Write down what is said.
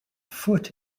foot